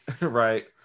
right